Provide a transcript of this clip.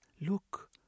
Look